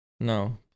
No